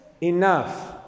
Enough